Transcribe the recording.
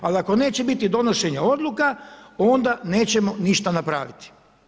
Ali ako neće biti donošenja odluka, onda nećemo ništa napraviti.